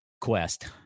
quest